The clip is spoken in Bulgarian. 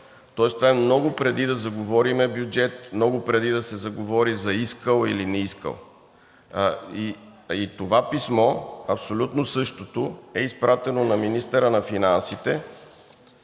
Тоест това е много преди да заговорим за бюджет, много преди да се заговори за искал или не искал. Това писмо – абсолютно същото, е изпратено на министъра на финансите.